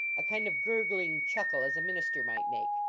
a kind of gurgling chuckle as a minister might make.